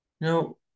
No